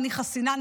ואני חסינה,